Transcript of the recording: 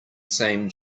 same